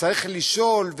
צריך לשאול,